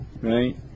right